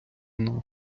вона